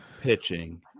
pitching